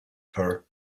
her